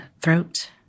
throat